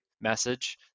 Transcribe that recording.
message